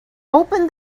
opened